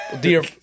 Dear